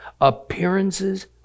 Appearances